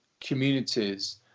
communities